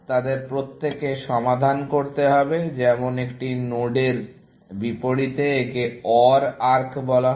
তাদের প্রত্যেকের সমাধান করতে হবে যেমন একটি নোডের বিপরীতে একে OR আর্ক বলা হয়